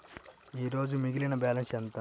ఈరోజు మిగిలిన బ్యాలెన్స్ ఎంత?